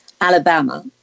Alabama